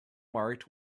marked